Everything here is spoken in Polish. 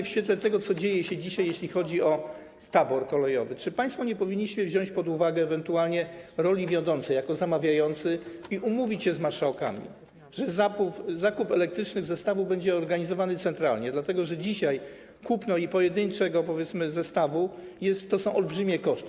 W świetle tego, co dzieje się dzisiaj, jeśli chodzi o tabor kolejowy, czy państwo nie powinniście wziąć pod uwagę ewentualnie roli wiodącej jako zamawiający i umówić się z marszałkami, że zakup elektrycznych zestawów będzie organizowany centralnie, dlatego że dzisiaj kupno pojedynczego zestawu to są olbrzymie koszty?